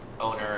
owner